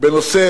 בנושא